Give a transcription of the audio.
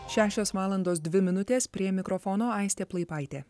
šešios valandos dvi minutės prie mikrofono aistė plaipaitė